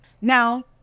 Now